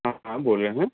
ہاں ہاں بول رہے ہیں